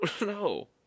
no